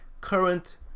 current